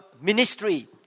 ministry